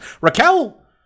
Raquel